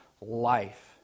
life